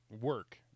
work